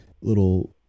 little